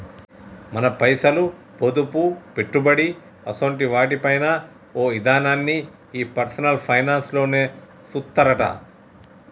మన పైసలు, పొదుపు, పెట్టుబడి అసోంటి వాటి పైన ఓ ఇదనాన్ని ఈ పర్సనల్ ఫైనాన్స్ లోనే సూత్తరట